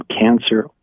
cancer